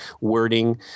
wording